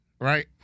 right